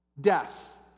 Death